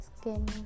skin